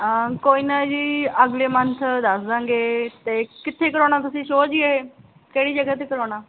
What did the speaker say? ਕੋਈ ਨਾ ਜੀ ਅਗਲੇ ਮੰਥ ਦੱਸ ਦਾਂਗੇ ਅਤੇ ਕਿੱਥੇ ਕਰਾਉਣਾ ਤੁਸੀਂ ਸ਼ੋਅ ਜੀ ਇਹ ਕਿਹੜੀ ਜਗ੍ਹਾ 'ਤੇ ਕਰਾਉਣਾ